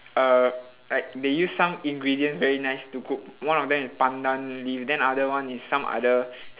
uh like they use some ingredients very nice to cook one of them is pandan leaf then other one is some other